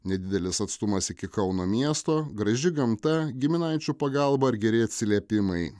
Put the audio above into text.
nedidelis atstumas iki kauno miesto graži gamta giminaičių pagalba ar geri atsiliepimai